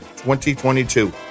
2022